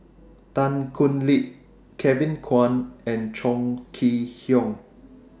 Tan Thoon Lip Kevin Kwan and Chong Kee Hiong